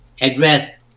address